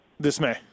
dismay